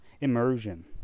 Immersion